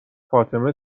فاطمه